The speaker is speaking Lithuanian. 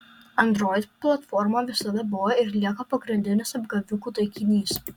android platforma visada buvo ir lieka pagrindinis apgavikų taikinys